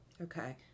Okay